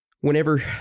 whenever